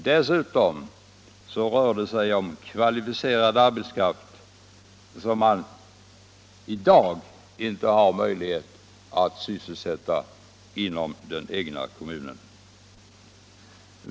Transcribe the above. Dessutom rör det sig om kvalificerad arbetskraft, som man i dag inte har möjlighet att sysselsätta inom den egna kommunen.